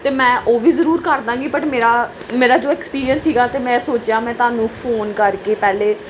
ਅਤੇ ਮੈਂ ਉਹ ਵੀ ਜ਼ਰੂਰ ਕਰ ਦਾਂਗੀ ਬਟ ਮੇਰਾ ਮੇਰਾ ਜੋ ਐਕਸਪੀਰੀਅਸ ਸੀਗਾ ਅਤੇ ਮੈਂ ਸੋਚਿਆ ਮੈਂ ਤੁਹਾਨੂੰ ਫੋਨ ਕਰਕੇ ਪਹਿਲੇ